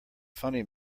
funny